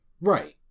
Right